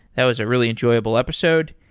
that was a really enjoyable episode.